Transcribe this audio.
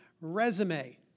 resume